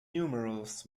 numerals